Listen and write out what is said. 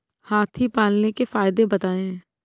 हाथी पालने के फायदे बताए?